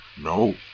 No